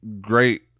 great